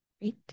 great